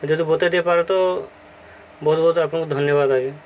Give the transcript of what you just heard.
ଯଦି ବତେଇ ଦେଇପାରବେ ତ ବହୁତ ବହୁତ ଆପଣଙ୍କୁ ଧନ୍ୟବାଦ ଆଜ୍ଞା